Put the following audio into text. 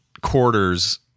quarters